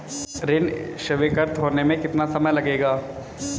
ऋण स्वीकृत होने में कितना समय लगेगा?